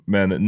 Men